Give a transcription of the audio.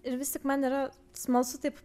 ir vis tik man yra smalsu taip